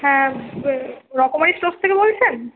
হ্যাঁ রকমারি স্টোর্স থেকে বলছেন